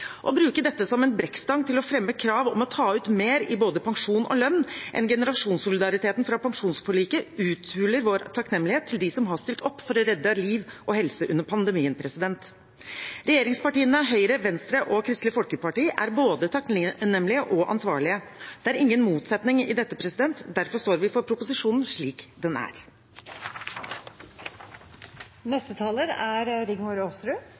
Å bruke dette som en brekkstang til å fremme krav om å ta ut mer i både pensjon og lønn enn generasjonssolidariteten fra pensjonsforliket uthuler vår takknemlighet overfor dem som har stilt opp for å redde liv og helse under pandemien. Regjeringspartiene Høyre, Venstre og Kristelig Folkeparti er både takknemlige og ansvarlige. Det er ingen motsetning i dette. Derfor står vi for proposisjonen slik den er.